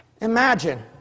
imagine